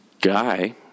guy